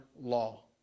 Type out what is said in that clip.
law